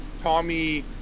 Tommy